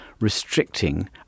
restricting